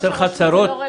חסרות לך צרות?